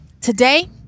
today